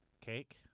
Cake